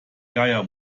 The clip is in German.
geier